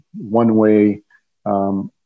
one-way